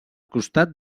costat